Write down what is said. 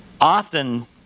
often